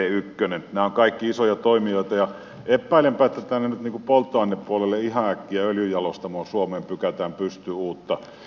nämä ovat kaikki isoja toimijoita ja epäilenpä että tänne polttoainepuolelle ei ihan äkkiä suomeen pykätä pystyyn uutta öljyjalostamoa